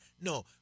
No